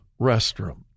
restroom